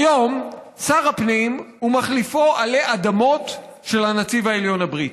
היום שר הפנים הוא מחליפו עלי אדמות של הנציב העליון הבריטי.